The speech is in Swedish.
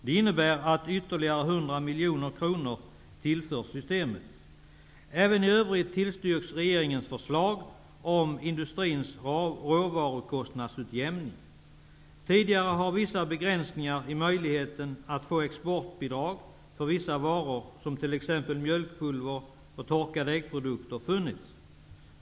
Det innebär att ytterligare 100 miljoner kronor tillförs systemet. Även i övrigt tillstyrks regeringens förslag om industrins råvarukostnadsutjämning. Tidigare har vissa begränsningar funnits i möjligheten att få exportbidrag för vissa varor, som t.ex. mjölkpulver och torkade äggprodukter.